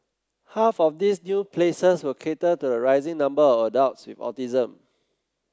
half of these new places will cater to the rising number of adults with autism